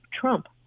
Trump